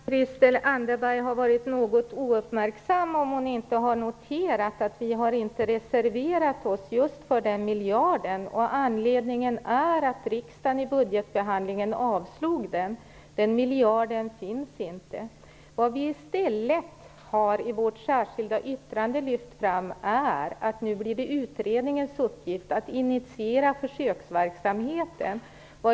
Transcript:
Fru talman! Jag tror att Christel Anderberg har varit något ouppmärksam om hon inte har noterat att vi inte har reserverat oss just för den miljarden. Anledningen är att riksdagen i budgetbehandlingen avslog det förslaget. Den miljarden finns inte. Vad vi i stället har lyft fram i vårt särskilda yttrande är att det nu blir utredningens uppgift att initiera försöksverksamhet.